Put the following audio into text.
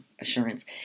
assurance